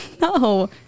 No